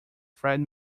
fred